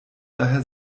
daher